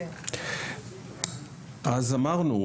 אז אמרנו,